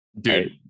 dude